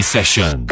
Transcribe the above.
Session